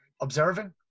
observing